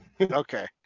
okay